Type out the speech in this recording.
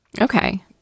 okay